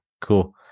cool